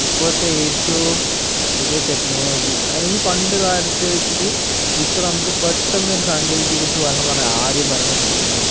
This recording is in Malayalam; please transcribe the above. ഇപ്പോഴത്തെ ഏറ്റവും പുതിയ ടെക്നോളജി അല്ലെങ്കിൽ പണ്ടു കാലത്തെ വച്ചിട്ട് ഇപ്പോൾ നമ്മൾക്ക് പെട്ടന്നൊരു സാങ്കേതിക വിദ്യയെക്കുറിച്ച് പറയണം എന്നു പറഞ്ഞാൽ ആദ്യം പറയുന്നത് മൊബൈലായിരിക്കും